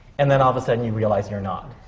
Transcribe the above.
and then all of a sudden, you realize you're not.